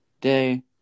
day